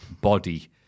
body